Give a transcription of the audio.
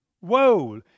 Whoa